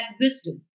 wisdom